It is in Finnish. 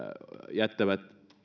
jättävät